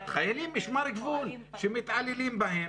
חיילי משמר הגבול שמתעללים בהם,